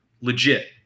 legit